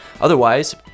Otherwise